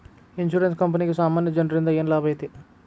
Insurance ಕ್ಂಪನಿಗೆ ಸಾಮಾನ್ಯ ಜನ್ರಿಂದಾ ಏನ್ ಲಾಭೈತಿ?